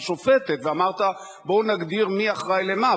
השופטת, ואמרת: בואו נגדיר מי אחראי למה.